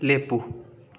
ꯂꯦꯞꯄꯨ